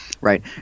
Right